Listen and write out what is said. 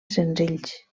senzills